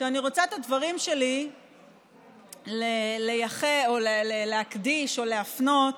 אני רוצה את הדברים שלי לייחד, להקדיש או להפנות